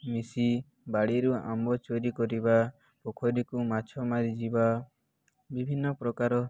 ମିଶି ବାଡ଼ିରୁ ଆମ୍ବ ଚୋରି କରିବା ପୋଖରୀକୁ ମାଛ ମାରିଯିବା ବିଭିନ୍ନ ପ୍ରକାର